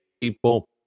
people